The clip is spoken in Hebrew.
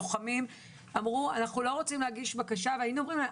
לוחמים אמרו אנחנו לא רוצים להגיש בקשה והיינו אומרים להם,